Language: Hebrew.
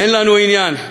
אין לנו עניין,